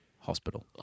hospital